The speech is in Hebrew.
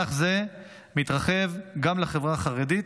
מהלך זה מתרחב גם לחברה החרדית,